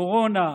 קורונה,